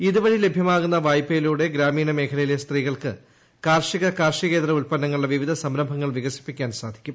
ഇതുവഴി ലഭ്യമാകുന്ന വായ്പയിലൂട്ടെ പ്രഗാമീണ മേഖലയിലെ സ്ത്രീകൾക്ക് കാർഷിക കാർഷികേതരി കൃ ഉത്പന്നങ്ങളുടെ വിവിധ സംരംഭങ്ങൾ വികസിപ്പിക്കാൻ സാധിക്കും